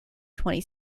twenty